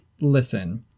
listen